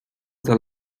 the